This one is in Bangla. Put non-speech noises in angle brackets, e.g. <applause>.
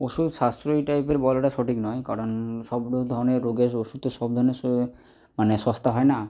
ওষুধ সাশ্রয়ী টাইপের বলাটা সঠিক নয় কারণ সব <unintelligible> ধরনের রোগের ওষুধ তো সব ধরনের স মানে সস্তা হয় না